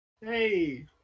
Hey